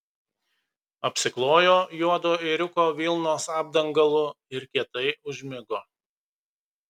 apsiklojo juodo ėriuko vilnos apdangalu ir kietai užmigo